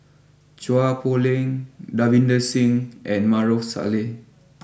Chua Poh Leng Davinder Singh and Maarof Salleh